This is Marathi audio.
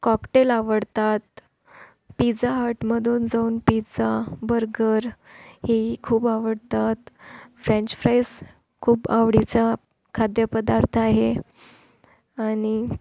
कॉकटेल आवडतात पिझा हटमधून जाऊन पिझ्झा बर्गर हे ही खूप आवडतात फ्रेंच फ्राईस खूप आवडीचा खाद्यपदार्थ आहे आणि